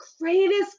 greatest